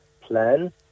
plan